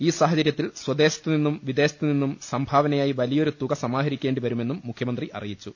ഈ സാഹചര്യത്തിൽ സ്വദേശത്തുനിന്നും വിദേശത്തുനിന്നും സംഭാവനയായി വലിയൊരു തുക സമാഹരിക്കേണ്ടി വരുമെന്ന് മുഖ്യമന്ത്രി അറിയിച്ചു